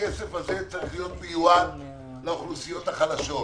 הכסף הזה צריך להיות מיועד לאוכלוסיות החלשות,